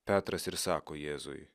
petras ir sako jėzui